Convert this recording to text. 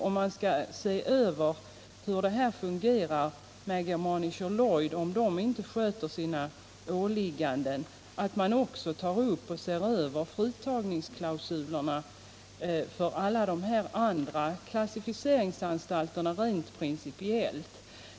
Om man skall undersöka hur det fungerar och om Germanischer Lloyd inte sköter sina åligganden är det viktigt att man också ser över fritagningsklausulerna för alla de andra klassificeringsanstalterna rent principiellt.